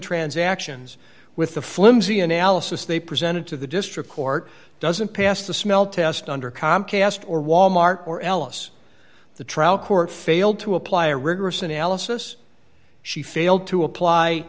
transactions with the flimsy analysis they presented to the district court doesn't pass the smell test under comcast or wal mart or alice the trial court failed to apply a rigorous analysis she failed to apply